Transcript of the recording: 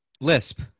Lisp